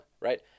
right